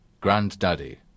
Granddaddy